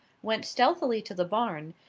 went stealthily to the barn,